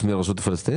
פרט לרשות הפלסטינאית?